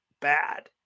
bad